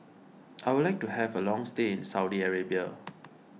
I would like to have a long stay in Saudi Arabia